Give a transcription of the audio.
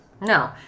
No